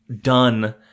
done